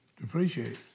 Depreciates